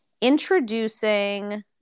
introducing